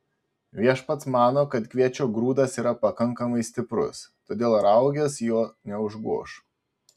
viešpats mano kad kviečio grūdas yra pakankamai stiprus todėl raugės jo neužgoš